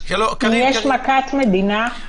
אם יש מכת מדינה,